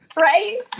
right